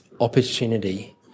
opportunity